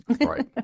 Right